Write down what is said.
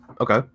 Okay